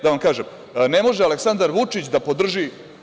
Da vam kažem, ne može Aleksandar Vučić da podrži…